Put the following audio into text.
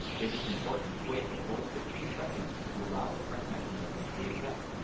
it is important to wait the full sixty seconds to allow the print mechanism to reset.